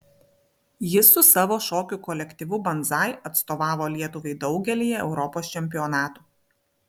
jis su savo šokių kolektyvu banzai atstovavo lietuvai daugelyje europos čempionatų